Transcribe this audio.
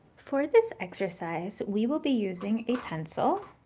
for this exercise, we will be using a pencil,